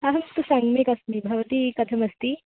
अहं तु सम्यक् अस्मि भवती कथम् अस्ति